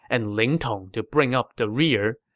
and ling tong to bring up the rear,